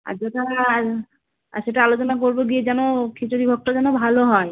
আর যেহেতু আমরা আর আর সেটা আলোচনা করবো গিয়ে যেন খিচুড়ি ভোগটা যেন ভালো হয়